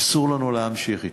אסור לנו להמשיך אתו.